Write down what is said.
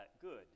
good